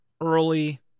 early